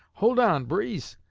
hold on, breese!